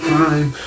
crime